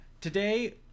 today